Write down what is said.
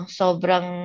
sobrang